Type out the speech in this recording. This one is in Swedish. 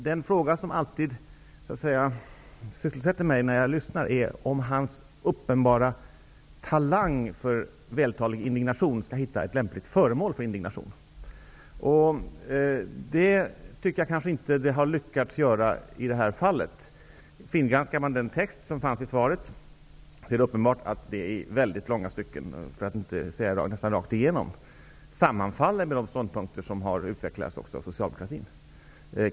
Den fråga som ständigt sysselsätter mig är om hans uppenbara talang för vältalig indignation skall hitta ett lämpligt föremål för indignationen. Jag tycker inte att han har lyckats i det här fallet. Vid en fingranskning av svaret är det uppenbart att det i långa stycken, för att inte säga nästan rakt igenom, sammanfaller med de ståndpunkter som har utvecklats av socialdemokratin.